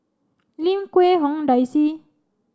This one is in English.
Lim Quee Hong Daisy